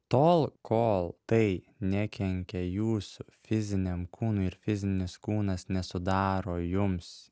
tol kol tai nekenkia jūsų fiziniam kūnui ir fizinis kūnas nesudaro jums